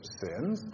sins